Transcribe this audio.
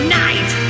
night